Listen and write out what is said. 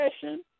session